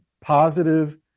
positive